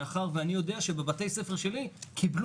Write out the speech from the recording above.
מאחר שאני יודע שבבתי הספר שלי קיבלו